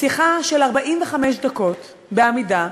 שיחה של 45 דקות בעמידה.